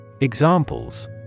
Examples